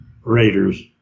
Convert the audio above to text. Raiders